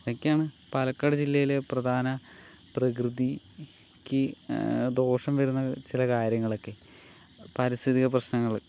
ഇതൊക്കെയാണ് പാലക്കാട് ജില്ലയിലെ പ്രധാന പ്രകൃതിക്ക് ദോഷം വരുന്ന ചില കാര്യങ്ങളൊക്കെ പാരിസ്ഥിതികപ്രശ്നങ്ങള്